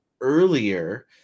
earlier